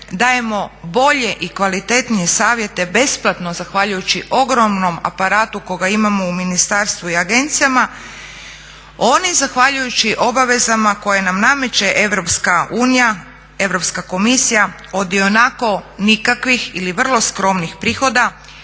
dajemo bolje i kvalitetnije savjete besplatno, zahvaljujući ogromnom aparatu koga imamo u ministarstvu i agencijama. Oni zahvaljujući obavezama koje nam nameće Europska unija, Europska komisija od ionako nikakvih ili vrlo skromnih prihoda